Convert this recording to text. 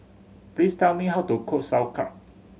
please tell me how to cook Sauerkraut